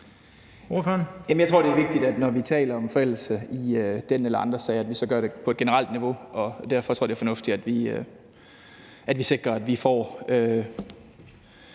Jeg tror, det er vigtigt, at vi, når vi taler om forældelse i den eller andre sager, så gør det på et generelt niveau, og derfor tror jeg, det er fornuftigt, at vi sikrer, at vi får